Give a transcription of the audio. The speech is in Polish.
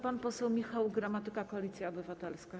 Pan poseł Michał Gramatyka, Koalicja Obywatelska.